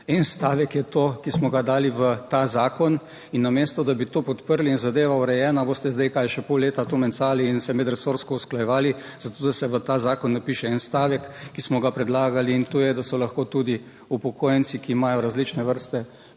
En stavek je to, ki smo ga dali v ta zakon in namesto, da bi to podprli in je zadeva urejena, boste zdaj kaj, še pol leta to mencali in se medresorsko usklajevali zato, da se v ta zakon napiše en stavek, ki smo ga predlagali, in to je, da so lahko tudi upokojenci, ki imajo različne vrste